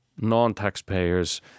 non-taxpayers